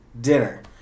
dinner